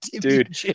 Dude